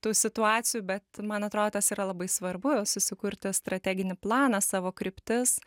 tų situacijų bet man atrodo tas yra labai svarbu susikurti strateginį planą savo kryptis